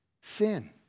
Sin